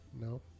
No